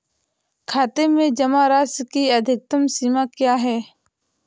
खाते में जमा राशि की अधिकतम सीमा क्या है?